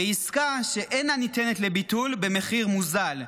ועסקה שאינה ניתנת לביטול במחיר מוזל.